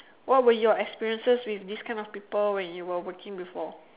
what were your experiences with these kind of people when you were working before